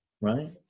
right